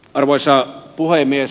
arvoisa puhemies